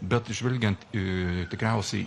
bet žvelgiant į tikriausiai